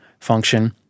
function